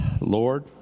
Lord